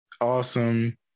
Awesome